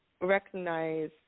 recognize